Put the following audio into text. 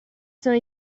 sono